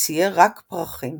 צייר רק פרחים.